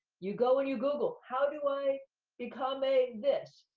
you go and you google. how do i become a this?